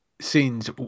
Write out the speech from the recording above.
scenes